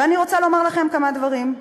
ואני רוצה לומר לכם כמה דברים.